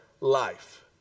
life